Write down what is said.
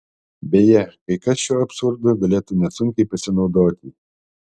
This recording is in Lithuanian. beje kai kas šiuo absurdu galėtų nesunkiai pasinaudoti